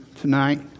tonight